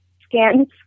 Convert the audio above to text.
scans